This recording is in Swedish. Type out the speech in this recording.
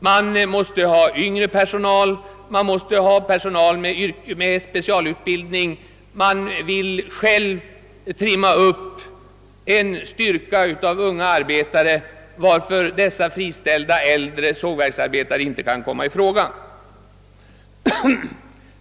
Man måste ha yngre personal, man måste ha personal med specialutbildning och vill själv trimma upp en styrka av unga arbetare, varför friställda äldre sågverksarbetare inte kan komma i fråga.